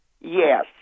yes